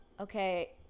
Okay